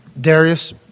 Darius